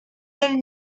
del